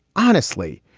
honestly,